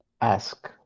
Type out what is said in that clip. ask